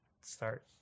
start